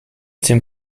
tym